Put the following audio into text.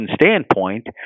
standpoint